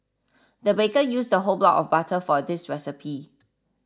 the baker used a whole block of butter for this recipe